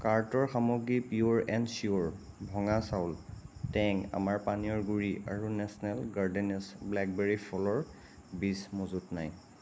কাৰ্টৰ সামগ্ৰী peer and cheer ভঙা চাউল টেং আমৰ পানীয়ৰ গুড়ি আৰু নেশ্যনেল গাৰ্ডেনেছ ব্লেকবেৰী ফলৰ বীজ মজুত নাই